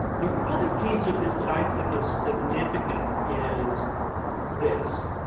the other piece of this that i think is significant is this.